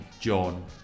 john